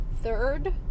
third